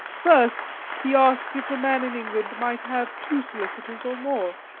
first, he asked if a man in england might have two solicitors or more.